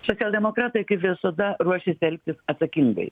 socialdemokratai kaip visada ruošiasi elgtis atsakingai